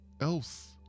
else